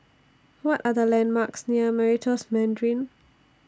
What Are The landmarks near Meritus Mandarin